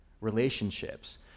relationships